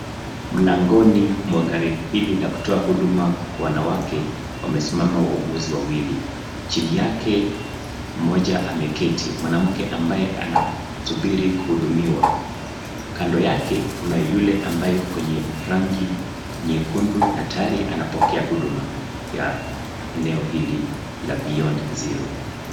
Mlangoni mwa gari hili la kutoa huduma kwa wanawake wamesimama wauguzi wawili. Chini yake mmoja ameketi, mwanamke ambaye anasubiri kuhudumiwa, kando yake kuna yule ambaye yuko kwenye rangi nyekundu na tayari anapokea huduma ya eneo hili la Beyond Zero.